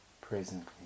presently